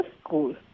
school